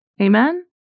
Amen